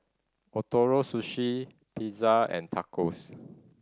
Ootoro Sushi Pizza and Tacos